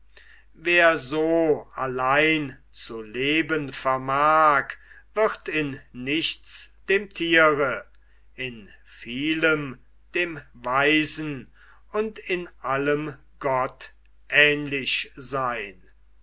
wer so allein zu leben vermag wird in nichts dem thiere in vielem dem weisen und in allem gott ähnlich seyn